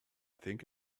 think